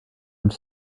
und